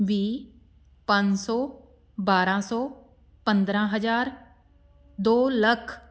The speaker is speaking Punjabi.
ਵੀਹ ਪੰਜ ਸੌ ਬਾਰ੍ਹਾਂ ਸੌ ਪੰਦਰ੍ਹਾਂ ਹਜ਼ਾਰ ਦੋ ਲੱਖ